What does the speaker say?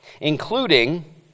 including